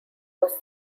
was